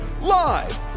Live